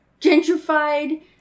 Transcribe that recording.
Gentrified